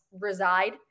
reside